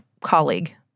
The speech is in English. colleague